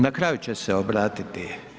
Na kraju će se obratiti.